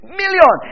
million